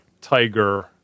Tiger